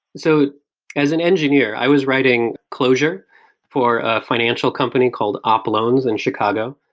so as an engineer, i was writing closure for a financial company called op loans in chicago.